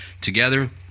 together